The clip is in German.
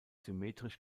symmetrisch